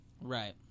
Right